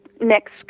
Next